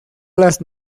las